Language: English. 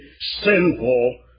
sinful